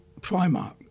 Primark